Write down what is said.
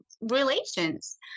relations